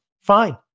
fine